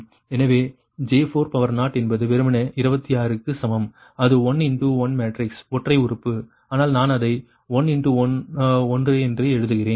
எனவே J4 என்பது வெறுமனே 26 க்கு சமம் அது 1 இன்டு 1 மேட்ரிக்ஸ் ஒற்றை உறுப்பு ஆனால் நான் அதை 1 இன்டு 1 என்று எழுதுகிறேன்